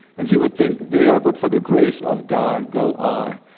and he would think, there but for the grace of god go i.